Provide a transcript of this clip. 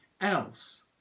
else